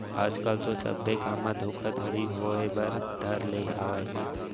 आज कल तो सब्बे काम म धोखाघड़ी होय बर धर ले हावय